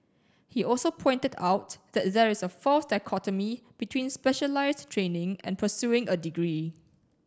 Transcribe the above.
he also pointed out that there is a false dichotomy between specialized training and pursuing a degree